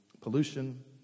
pollution